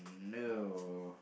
no